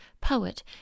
poet